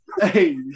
Hey